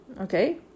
Okay